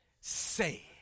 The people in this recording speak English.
say